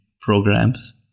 programs